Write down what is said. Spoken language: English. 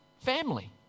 family